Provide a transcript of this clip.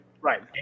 Right